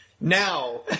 Now